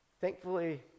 Thankfully